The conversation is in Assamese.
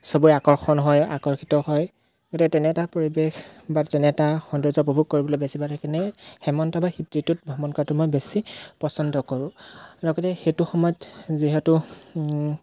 চবৰে আকৰ্ষণ হয় আকৰ্ষিত হয় গতিকে তেনে এটা পৰিৱেশ বা তেনে এটা সৌন্দৰ্য উপভোগ কৰিবলৈ বেছি ভাল সেইকাৰণে হেমন্ত বা শীত ঋতুত ভ্ৰমণ কৰাটো মই বেছি পচন্দ কৰোঁ লগতে সেইটো সময়ত যিহেতু